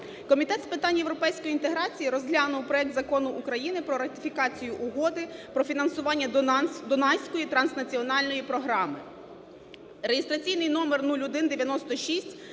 Комітет з питань європейської інтеграції розглянув проект Закону України про ратифікацію Угоди про фінансування Дунайської транснаціональної програми